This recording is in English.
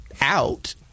out